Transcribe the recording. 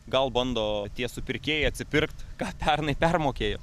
gal bando tie supirkėjai atsipirkt ką pernai permokėjo